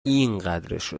اینقدرشو